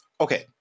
okay